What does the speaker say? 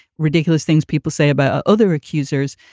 ridiculous things people say about other accusers.